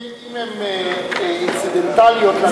אם הן אינצידנטליות לדיון הזה,